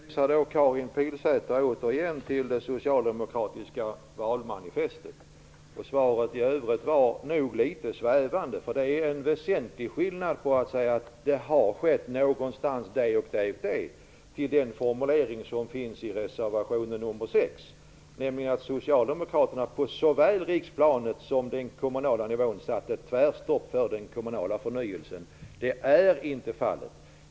Fru talman! Jag hänvisar återigen Karin Pilsäter till det socialdemokratiska valmanifestet. I övrigt var nog svaret litet svävande. Det är en väsentlig skillnad på att säga att det och det har skett någonstans och den formulering som finns i reservation nr 6, nämligen att socialdemokraterna på såväl riksplanet som den kommunala nivån satt ett tvärstopp för den kommunala förnyelsen. Det är inte fallet.